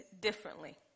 differently